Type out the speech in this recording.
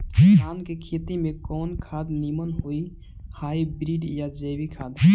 धान के खेती में कवन खाद नीमन होई हाइब्रिड या जैविक खाद?